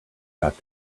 got